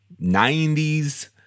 90s